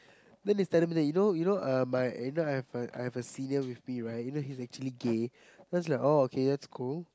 then he tell me that you know you know uh my you know I have a I have a senior with me right you know he's actually gay then I was like oh okay that's cool